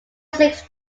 six